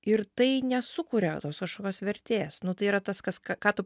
ir tai nesukuria tos kažkokios vertės nu tai yra tas ką tu